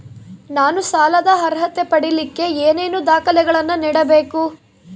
ನಾನು ಸಾಲದ ಅರ್ಹತೆ ಪಡಿಲಿಕ್ಕೆ ಏನೇನು ದಾಖಲೆಗಳನ್ನ ನೇಡಬೇಕು?